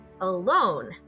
alone